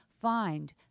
find